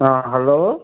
ହଁ ହ୍ୟାଲୋ